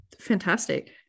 Fantastic